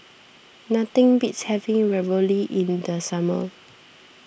nothing beats having Ravioli in the summer